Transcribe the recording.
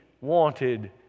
wanted